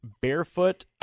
Barefoot